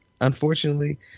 unfortunately